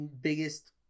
biggest